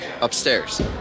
Upstairs